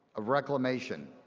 of reclamation,